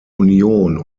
union